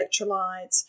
electrolytes